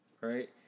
Right